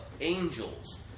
angels